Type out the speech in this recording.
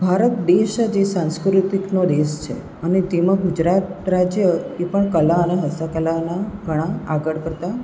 ભારત દેશ જે સંસ્કૃતિનો દેશ છે અને તેમાં ગુજરાત રાજ્ય એ પણ કલા અને હસ્તકલામાં ઘણા આગળ પડતા